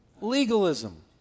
Legalism